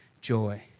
joy